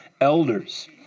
elders